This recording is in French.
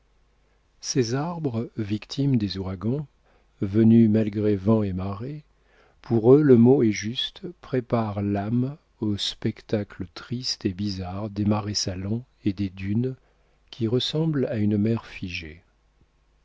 ces arbres victimes des ouragans venus malgré vent et marée pour eux le mot est juste préparent l'âme au spectacle triste et bizarre des marais salants et des dunes qui ressemblent à une mer figée